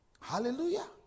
Hallelujah